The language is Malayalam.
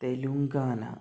തെലുങ്കാന